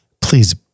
please